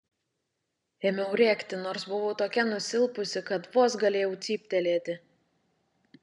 ėmiau rėkti nors buvau tokia nusilpusi kad vos galėjau cyptelėti